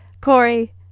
Corey